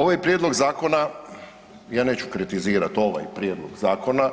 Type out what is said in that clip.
Ovaj prijedlog zakona, ja neću kritizirat ovaj prijedlog zakona